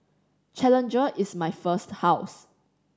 challenger is my first house